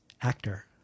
actor